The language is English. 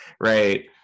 right